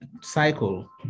cycle